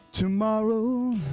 Tomorrow